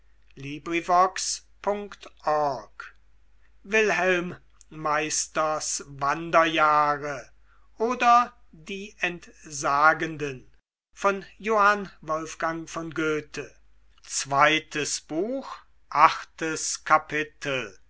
wilhelm meisters wanderjahre oder die entsagenden